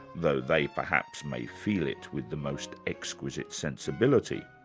though they perhaps may feel it with the most exquisite sensibility.